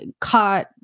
caught